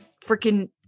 freaking